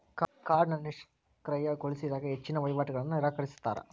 ಕಾರ್ಡ್ನ ನಿಷ್ಕ್ರಿಯಗೊಳಿಸಿದಾಗ ಹೆಚ್ಚಿನ್ ವಹಿವಾಟುಗಳನ್ನ ನಿರಾಕರಿಸ್ತಾರಾ